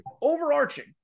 overarching